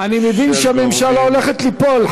אני מבין שהממשלה הולכת ליפול,